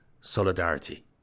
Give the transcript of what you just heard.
solidarity